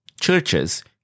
Churches